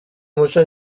muco